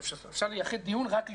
אפשר לייחד דיון רק לזה,